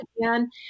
again